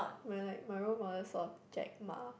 my like my role model was jack-ma